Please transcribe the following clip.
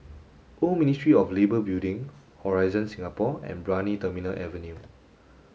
Old Ministry of Labour Building Horizon Singapore and Brani Terminal Avenue